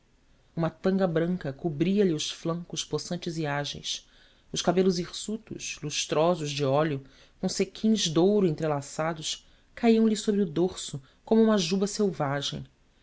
uma tanga branca cobria-lhe os flancos possantes e ágeis os cabelos hirsutos lustrosos de óleo com cequins de ouro entrelaçados caíam-lhe sobre o dorso como uma juba selvagem